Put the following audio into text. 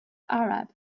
arab